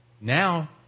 Now